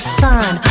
sun